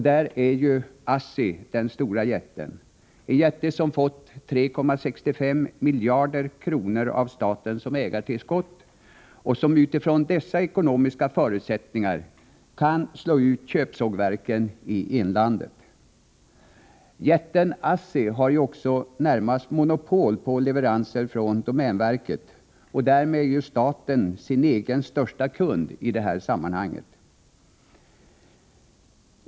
Där är ju ASSI jätten — en jätte som fått 3,35 miljarder kronor av staten som ägartillskott och som utifrån dessa ekonomiska förutsättningar kan slå ut köpsågverken i inlandet. Jätten ASSI har också närmast monopol på leveranser från domänverket, och därmed är staten sin egen största kund i detta sammanhang.